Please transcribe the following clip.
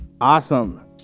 Awesome